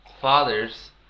fathers